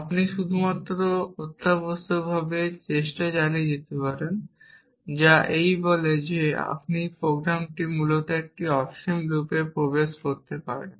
আপনি শুধুমাত্র অত্যাবশ্যকভাবে চেষ্টা চালিয়ে যেতে পারেন যা এই বলে যে আপনি প্রোগ্রামটি মূলত একটি অসীম লুপে প্রবেশ করতে পারেন